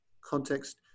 context